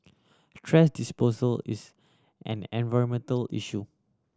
thrash disposal is an environmental issue